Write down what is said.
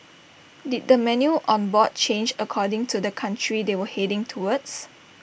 did the menu on board change according to the country they were heading towards